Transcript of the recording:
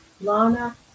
Lana